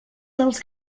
dels